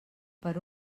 per